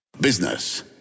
Business